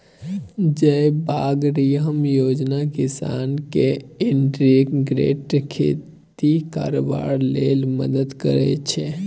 जयबागरिहम योजना किसान केँ इंटीग्रेटेड खेती करबाक लेल मदद करय छै